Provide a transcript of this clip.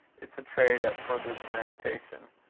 it's a trade at furthers meditation.